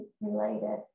related